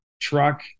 truck